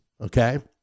Okay